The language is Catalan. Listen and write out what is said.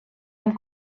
amb